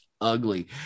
ugly